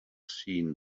seen